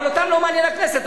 אבל אותם לא מעניין הכנסת,